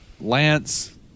Lance